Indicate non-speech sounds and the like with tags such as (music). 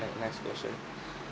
right next question (breath)